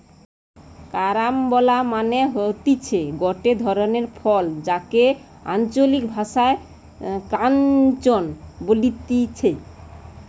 carambola মানে হতিছে গটে ধরণের ফল যাকে আঞ্চলিক ভাষায় ক্রাঞ্চ বলতিছে